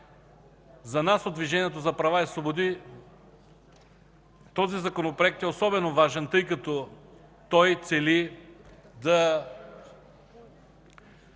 За нас от Движението за права и свободи този Законопроект е особено важен, тъй като той цели да